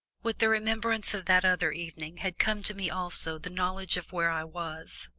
with the remembrance of that other evening had come to me also the knowledge of where i was.